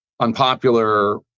unpopular